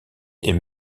est